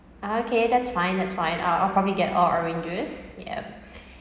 ah okay that's fine that's fine I'll I'll probably get all orange juice yup